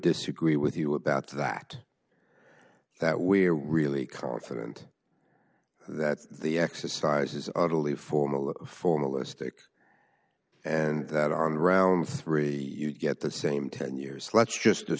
disagree with you about that that we're really confident that the exercise is utterly formal formalistic and that our in round three you get the same ten years let's just